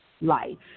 life